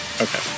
Okay